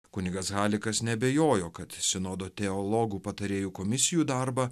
kunigas halikas neabejojo kad sinodo teologų patarėjų komisijų darbą